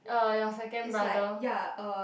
uh your second brother